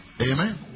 Amen